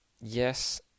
Yes